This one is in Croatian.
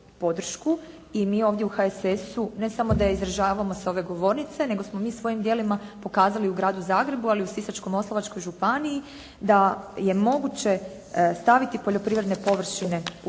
i mi ovdje u HSS-u ne samo da je uzdržavamo s ove govornice, nego smo mi svojim djelima pokazali u Gradu Zagrebu, ali i u Sisačko-moslavačkoj županiji da ne moguće staviti poljoprivredne površine u